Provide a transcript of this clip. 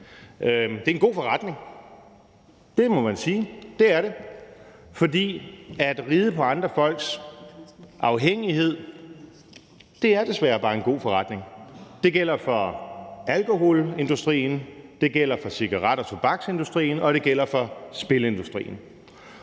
Det er en god forretning, det må man sige, det er det. For det at ride på andre folks afhængighed er desværre bare en god forretning. Det gælder for alkoholindustrien, det gælder for cigaret- og tobaksindustrien, og det gælder for spilindustrien.